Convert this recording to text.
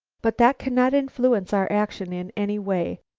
but that cannot influence our action in any way.